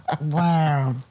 Wow